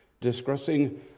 discussing